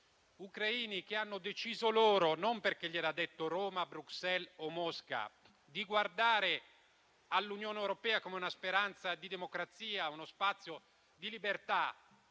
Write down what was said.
ucraini hanno deciso autonomamente - non perché gliel'abbiano detto Roma, Bruxelles o Mosca - di guardare all'Unione europea come una speranza di democrazia, come uno spazio di libertà.